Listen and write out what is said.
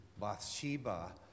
Bathsheba